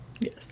Yes